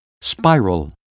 spiral